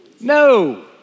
No